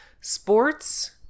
sports